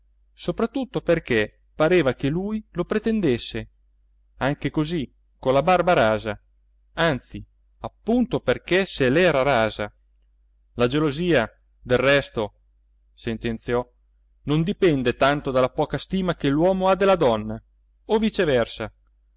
soprattutto perché pareva che lui lo pretendesse anche così con la barba rasa anzi appunto perché se l'era rasa la gelosia del resto sentenziò non dipende tanto dalla poca stima che l'uomo ha della donna o viceversa